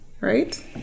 right